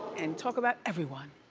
and talk about everyone.